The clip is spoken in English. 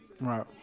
Right